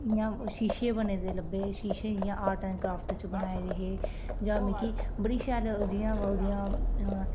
इ'यां शीशे बने दे लब्भे शीशे जियां आर्ट एंड क्राफ्ट च बनाए दे हे जां मिकी बड़ी शैल जियां ओह्दियां